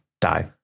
die